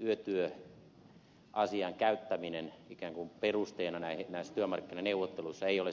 yötyöasian käyttäminen ikään kuin perusteena näissä työmarkkinaneuvotteluissa ei ole siis ajankohtaista